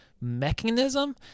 mechanism